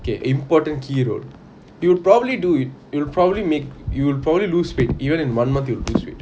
okay important key role you'd probably do it it'll probably make you'd probably lose weight even in one month you'll lose weight